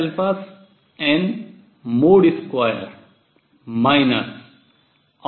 2 nn